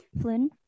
Flynn